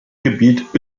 gebiet